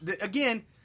again